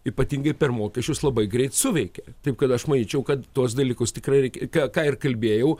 ypatingai per mokesčius labai greit suveikia taip kad aš manyčiau kad tuos dalykus tikrai reikia ką ką ir kalbėjau